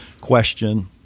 question